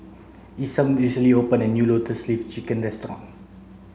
Isam recently opened a new lotus leaf chicken restaurant